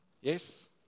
Yes